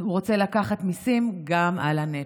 הוא רוצה לקחת מיסים גם על נטפליקס.